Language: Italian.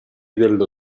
dello